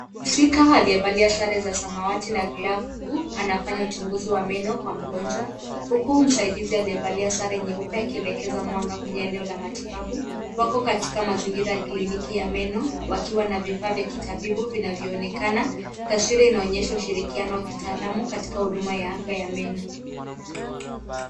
Mhusika aliyevalia sare za samawati na glavu anafanya uchunguzi wa meno kwa mgonjwa huku msaidizi aliyevalia sare nyeupe akielekeza mwanga kwenye eneo la matibabu. Wako katika mazingira ya kliniki ya meno wakiwa na vifaa vya kitabibu vinavyoonekana. Taswira inaonyesha ushirikiano wa kitaalamu katika huduma ya afya ya meno.